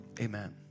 Amen